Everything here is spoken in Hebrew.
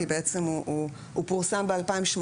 כי בעצם הוא פורסם ב-2018,